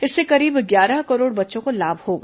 इससे करीब ग्यारह करोड़ बच्चों को लाभ होगा